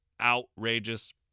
outrageous